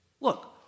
Look